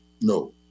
No